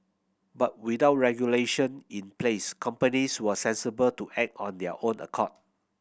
but without regulation in place companies were sensible to act on their own accord